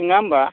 नङा होमब्ला